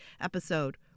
episode